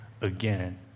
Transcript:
again